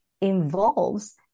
involves